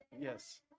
yes